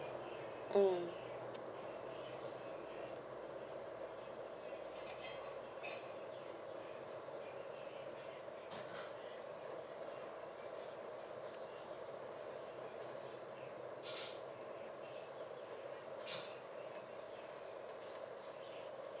mm